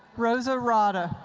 rosa rada.